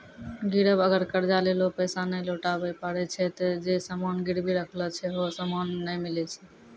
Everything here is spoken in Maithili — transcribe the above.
गिरब अगर कर्जा लेलो पैसा नै लौटाबै पारै छै ते जे सामान गिरबी राखलो छै हौ सामन नै मिलै छै